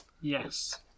Yes